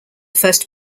first